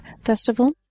Festival